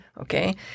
Okay